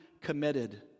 committed